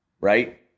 right